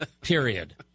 period